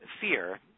fear